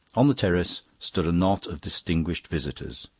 on the terrace stood a knot of distinguished visitors.